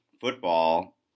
football